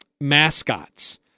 mascots